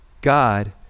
God